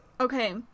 Okay